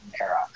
era